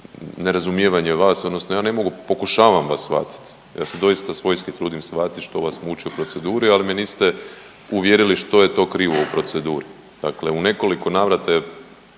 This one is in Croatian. nerazumijevanje vas odnosno ja ne mogu, pokušavam vas shvatiti, ja se doista svojski trudim shvatiti što vas muči u proceduri, ali me niste uvjerili što je to krivo u proceduru. Dakle, u nekoliko navrata